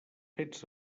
fets